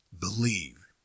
Believe